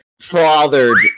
fathered